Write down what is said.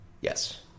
Yes